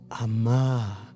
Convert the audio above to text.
Ama